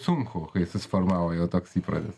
sunku kai susiformavo jau toks įprotis